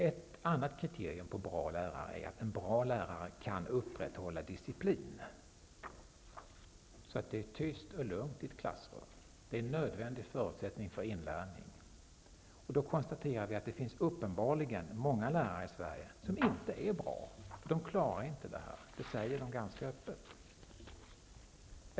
Ett annat kriterium på bra lärare är någon som kan upprätthålla bra diciplin, så att det är tyst och lugnt i ett klassrum. Det är en nödvändig förutsättning för inlärning. Man kan då konstatera att det uppenbarligen finns många lärare som inte är bra. De klarar nämligen inte av detta, vilket de tillstår ganska öppet.